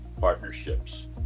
partnerships